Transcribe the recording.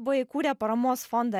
buvo įkūrę paramos fondą